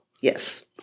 Yes